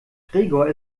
gregor